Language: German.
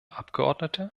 abgeordnete